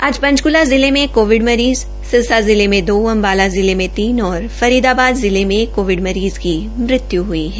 आज पंचकूला जिले मे एक कोविउ मरीज़ सिरसा जिले में दो अम्बाला जिले में तीन और फरीदाबाद जिले मे एक कोविड मरीज़ की मृत्यु भी हुई है